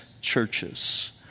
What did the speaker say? churches